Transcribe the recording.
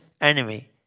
enemy